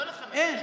אין.